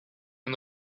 and